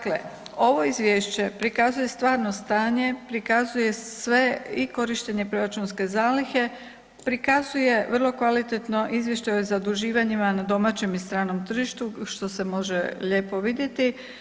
Dakle, ovo izvješće prikazuje stvarno stanje, prikazuje sve i korištenje proračunske zalihe, prikazuje vrlo kvalitetno izvještaj o zaduživanjima na domaćem i stranom tržištu, što se može lijepo vidjeti.